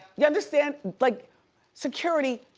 you understand, like security,